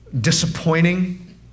disappointing